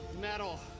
metal